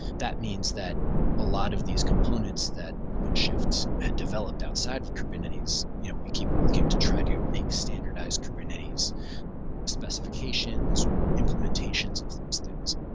that means that a lot of these components that openshift had developed outside of kubernetes you know we keep working to try to make standardized kubernetes specifications or implementations of those things.